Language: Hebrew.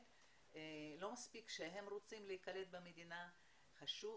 לא מספיק שהם רוצי להיקלט במדינה אלא חשוב